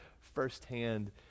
firsthand